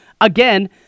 Again